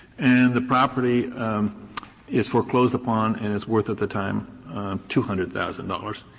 and the property is foreclosed upon and it's worth at the time two hundred thousand dollars,